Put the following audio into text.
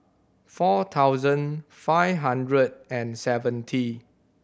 four thousand five hundred and seventy